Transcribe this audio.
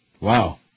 Wow